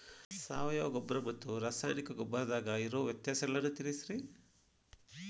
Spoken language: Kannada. ಸಾವಯವ ಗೊಬ್ಬರ ಮತ್ತ ರಾಸಾಯನಿಕ ಗೊಬ್ಬರದಾಗ ಇರೋ ವ್ಯತ್ಯಾಸಗಳನ್ನ ತಿಳಸ್ರಿ